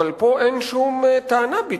אבל פה אין שום טענה ביטחונית.